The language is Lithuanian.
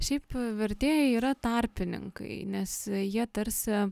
šiaip vertėjai yra tarpininkai nes jie tarsi